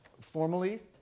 formally